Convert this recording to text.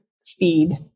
speed